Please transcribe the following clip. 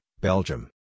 Belgium